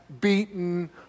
beaten